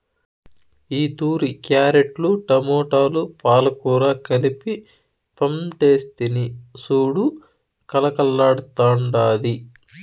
ఈతూరి క్యారెట్లు, టమోటాలు, పాలకూర కలిపి పంటేస్తిని సూడు కలకల్లాడ్తాండాది